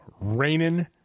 Rainin